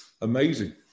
amazing